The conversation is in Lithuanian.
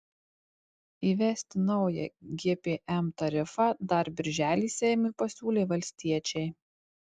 įvesti naują gpm tarifą dar birželį seimui pasiūlė valstiečiai